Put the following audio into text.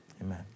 Amen